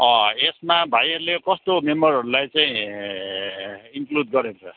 यसमा भाइहरूले कस्तो मेम्बरहरूलाई चाहिँ इन्क्लुड गरेको छ